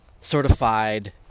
certified